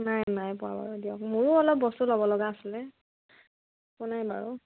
নাই নাই পোৱা বাৰু দিয়ক মোৰো অলপ বস্তু ল'ব লগা আছিলে একো নাই বাৰু